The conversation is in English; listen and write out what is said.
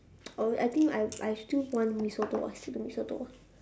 oh I think I I still want mee soto I see the mee-soto